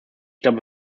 glaube